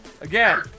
Again